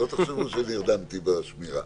שלא תחשבו שנרדמתי בשמירה.